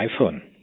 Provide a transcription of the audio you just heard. iPhone